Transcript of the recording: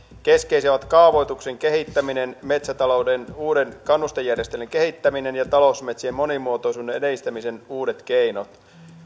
keskeisiä ovat kaavoituksen kehittäminen metsätalouden uuden kannustejärjestelmän kehittäminen ja talousmetsien monimuotoisuuden edistämisen uudet keinot